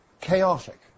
chaotic